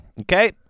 Okay